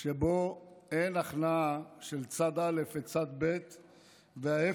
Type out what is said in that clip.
שבה אין הכנעה של צד א' וצד ב' וההפך,